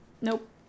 Nope